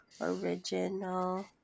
Original